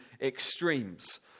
extremes